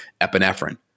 Epinephrine